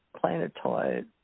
planetoid